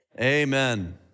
amen